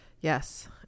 Yes